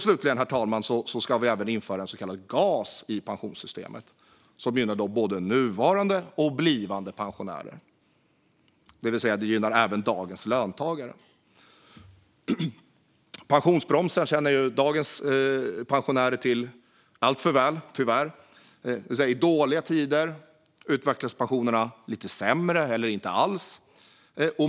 Slutligen, herr talman, ska vi införa en så kallad gas i pensionssystemet, vilket gynnar både nuvarande och blivande pensionärer, det vill säga även dagens löntagare. Pensionsbromsar känner dagens pensionärer tyvärr till alltför väl. I dåliga tider utvecklas pensionerna lite sämre eller inte alls.